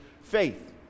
faith